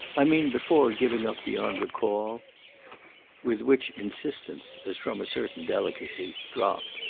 i mean before giving up beyond recall with which insistence, as from a certain delicacy, dropped.